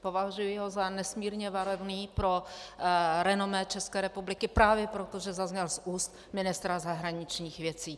Považuji ho za nesmírně varovný pro renomé České republiky právě proto, že zazněl z úst ministra zahraničních věcí.